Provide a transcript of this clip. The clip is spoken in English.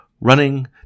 running